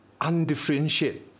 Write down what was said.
undifferentiated